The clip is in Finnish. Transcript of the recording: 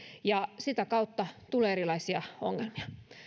ja sitä kautta tulee erilaisia ongelmia